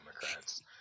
Democrats